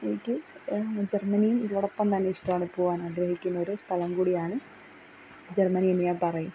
എനിക്ക് ജെർമ്മെനിയും ഇതോടൊപ്പം തന്നെ ഇഷ്ടമാണ് പോകാനാഗ്രഹിക്കുന്നൊരു സ്ഥലം കൂടിയാണ് ജെർമ്മനിയെന്ന് ഞാന് പറയും